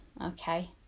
okay